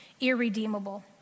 irredeemable